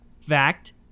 fact